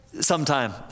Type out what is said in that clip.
sometime